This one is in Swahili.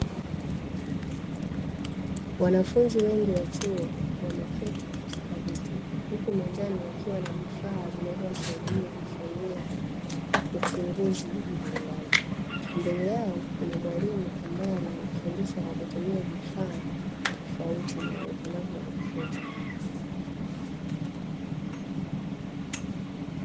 Wanafunzi wengi wa chuo wameketi katika viti huku mezani wakiwa na vifaa vinavyowasaidia kufanyia uchunguzi mbalimbali. Mbele yao kuna mwalimu ambaye anawafundisha kwa kutumia vifaa tofauti na walivyonavyo wanafunzi.